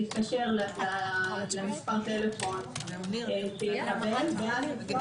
להתקשר למספר הטלפון שיקבל.